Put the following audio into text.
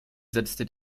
setzte